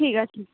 ঠিক আছে